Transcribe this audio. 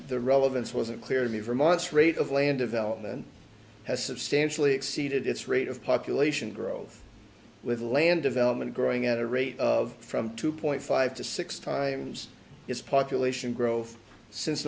the relevance wasn't clearly vermont's rate of land development has substantially exceeded its rate of population growth with land development growing at a rate of from two point five to six times its population growth since